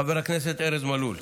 חבר הכנסת ארז מלול.